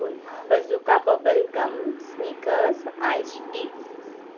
Golmaal Bazooka bubble gum Snickers ice T